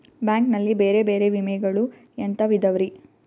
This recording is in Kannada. ಬ್ಯಾಂಕ್ ನಲ್ಲಿ ಬೇರೆ ಬೇರೆ ವಿಮೆಗಳು ಎಂತವ್ ಇದವ್ರಿ?